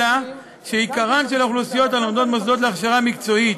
אלא שעיקרן של האוכלוסיות הלומדות במוסדות להכשרה מקצועית,